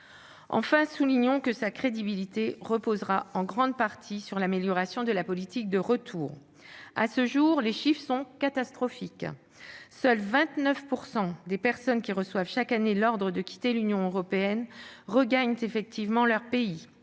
Enfin, soulignons que la crédibilité du dispositif reposera en grande partie sur l'amélioration de la politique de retour. À ce jour, les chiffres sont catastrophiques : seuls 29 % des personnes qui reçoivent chaque année l'ordre de quitter l'Union européenne regagnent effectivement leur pays,